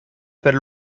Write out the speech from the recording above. per